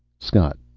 scott,